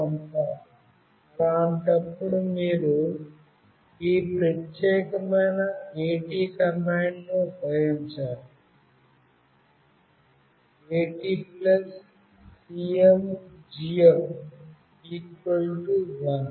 అలాంటప్పుడు మీరు ఈ ప్రత్యేకమైన AT కమాండ్ ఉపయోగించాలి "AT CMGF 1"